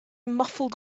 muffled